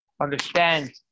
understand